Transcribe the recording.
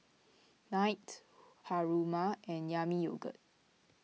Knight Haruma and Yami Yogurt